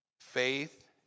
Faith